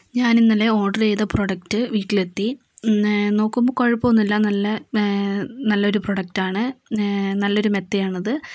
ഞാനിന്നലെ order ചെയ്ത product വീട്ടിലെത്തി നോക്കുമ്പോൾ കുഴപ്പൊന്നൂല്ല നല്ല നല്ലൊരു പ്രൊഡക്റ്റാണ് നല്ലൊരു മെത്തയാണത്